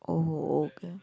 oh okay